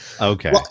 okay